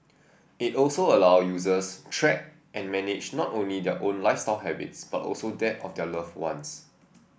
it also allow users track and manage not only their own lifestyle habits but also that of their loved ones